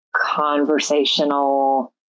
conversational